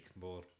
more